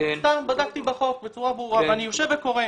סתם בדקתי בחוק בצורה ברורה ואני יושב וקורא.